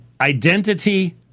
identity